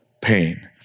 pain